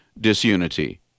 disunity